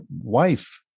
wife